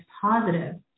positive